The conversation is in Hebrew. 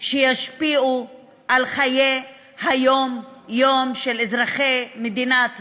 שישפיעו על חיי היום-יום של אזרחי מדינת ישראל,